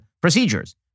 procedures